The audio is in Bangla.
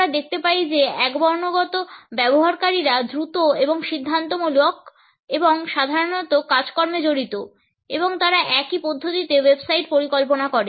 আমরা দেখতে পাই যে একবর্ণগত ব্যবহারকারীরা দ্রুত এবং সিদ্ধান্তমূলক এবং সাধারণত কাজকর্মে জড়িত এবং তারা একই পদ্ধতিতে ওয়েবসাইট পরিকল্পনা করে